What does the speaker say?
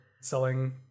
selling